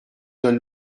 donne